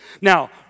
Now